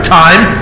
time